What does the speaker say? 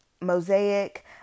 mosaic